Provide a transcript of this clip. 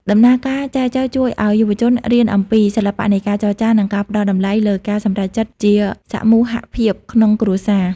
ដំណើរការចែចូវជួយឱ្យយុវជនរៀនអំពី "សិល្បៈនៃការចរចា" និងការផ្ដល់តម្លៃលើការសម្រេចចិត្តជាសមូហភាពក្នុងគ្រួសារ។